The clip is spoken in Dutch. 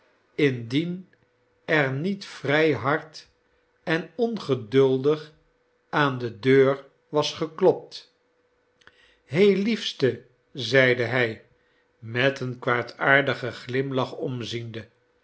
indien er niet vrij hard en ongeduldig aan de deur was geklopt he liefste zeide hij met een kwaadaardigen glimlach omziende